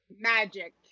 Magic